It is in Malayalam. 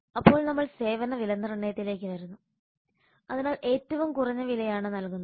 അപ്പോൾ നമ്മൾ സേവന വിലനിർണ്ണയത്തിലേക്ക് വരുന്നു അതിനാൽ ഏറ്റവും കുറഞ്ഞ വിലയാണ് നൽകുന്നത്